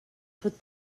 put